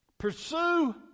Pursue